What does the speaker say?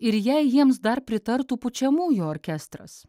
ir jei jiems dar pritartų pučiamųjų orkestras